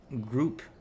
group